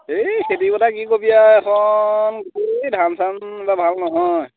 এই খেতিৰ কথা কি ক'বি আৰু এইখন গোটেই ধান চান এইবাৰ ভাল নহয়